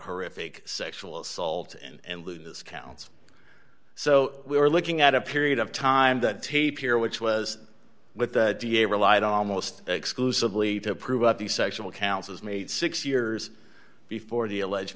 horrific sexual assault and lewdness counts so we're looking at a period of time that tape here which was with the d a relied almost exclusively to prove up the sexual counsels made six years before the alleged